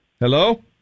Hello